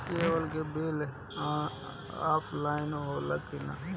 Cable के bill offline होला कि ना?